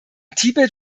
tibet